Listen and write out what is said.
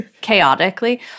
Chaotically